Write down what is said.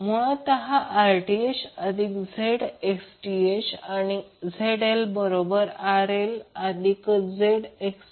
तर मुळतः हे Rth अधिक j Xth आणि ZL बरोबर RLअधिक j XL